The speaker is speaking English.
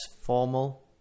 formal